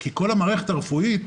כי כל המערכת הרפואית